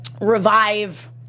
revive